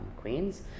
Queens